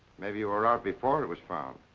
maybe you were out before it it was found.